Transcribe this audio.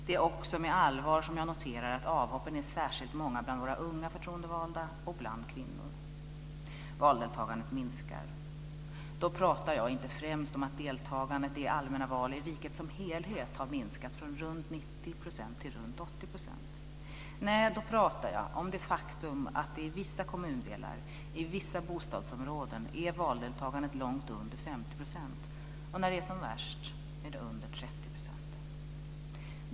Det är också med allvar jag noterar att avhoppen är särskilt många bland våra unga förtroendevalda och bland kvinnor. Valdeltagandet minskar. Då talar jag inte främst om deltagandet i allmänna val i riket som helhet, som har minskar från ca 90 % till ca 80 %. Jag talar om det faktum att i vissa kommundelar och i vissa bostadsområden är valdeltagandet långt under 50 %. När det är som värst är det under 30 %.